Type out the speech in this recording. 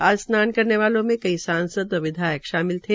आज स्नान करने वालों में कई सांसद व विधायक शामिल थे